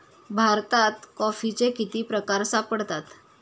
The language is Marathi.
भारतात कॉफीचे किती प्रकार सापडतात?